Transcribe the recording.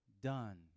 done